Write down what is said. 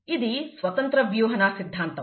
ఇది స్వతంత్ర వ్యూహన సిద్దాంతం